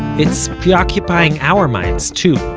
it's preoccupying our minds, too.